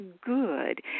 good